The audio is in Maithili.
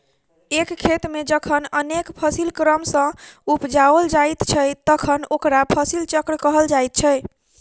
एक खेत मे जखन अनेक फसिल क्रम सॅ उपजाओल जाइत छै तखन ओकरा फसिल चक्र कहल जाइत छै